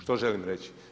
Što želim reći?